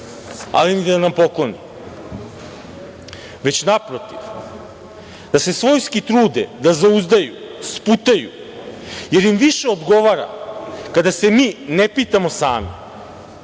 ali ni da nam pokloni, već naprotiv da se svojski trude da zauzdaju, sputaju, jer im više odgovara kada se mi ne pitamo sami,